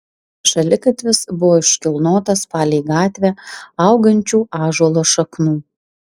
šaligatvis buvo iškilnotas palei gatvę augančių ąžuolo šaknų